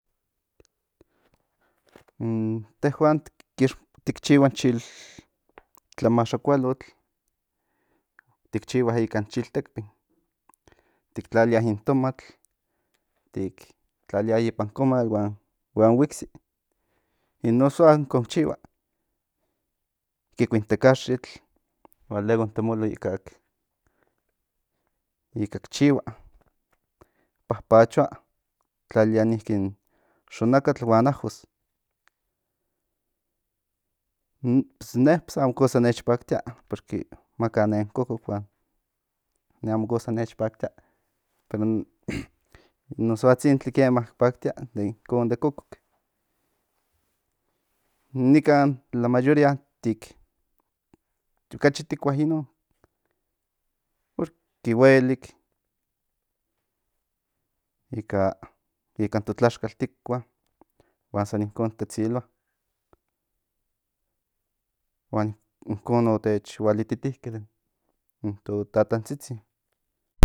In tehuan tik chihua in chilmaxakualotl tik chihua ikan chiltekpin tik tlalia in tomatl tik tlalia ipan comal huan huiksi in no soa inkon ki chihua kikui in tekaxitl huan luego in templo ika ki chihua papachoa tlalia niki in xonakatl huan ajo in ne pues amo cosa nech paktia porque maka nen kokok huan ne amo cosa nech paktia pero in no soatzintli kiema paktia inkon de kokok in nikan in mayoría tik okachi tikua in non porque huelik ikanin to tlaxkal tikua huan san inkon tetziloa huan inkon o tech hual ititike in to tatantzitzin